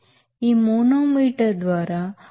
ఈ మనోమీటర్ ద్వారా 0